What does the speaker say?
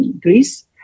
Greece